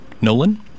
Nolan